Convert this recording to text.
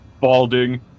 balding